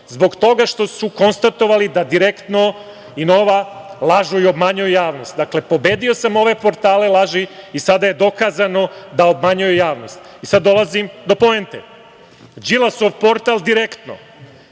zbog toga što su konstatovali da „Direktno“ i „Nova“ lažu i obmanjuju javnost. Dakle, pobedio sam ove portale laži i sada je dokaz da obmanjuju javnost. Sada dolazim do poente. Đilasov portal „Direktno“